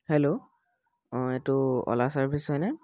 hello অঁ এইটো Ola service হয়নে